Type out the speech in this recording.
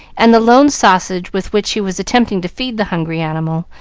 and the lone sausage with which he was attempting to feed the hungry animal,